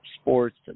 sports